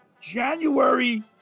January